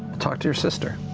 talk to your sister.